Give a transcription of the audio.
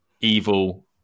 evil